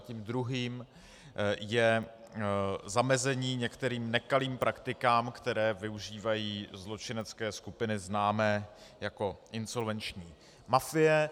Tím druhým je zamezení některým nekalým praktikám, které využívají zločinecké skupiny známé jako insolvenční mafie.